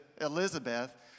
Elizabeth